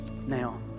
Now